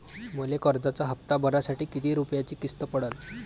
मले कर्जाचा हप्ता भरासाठी किती रूपयाची किस्त पडन?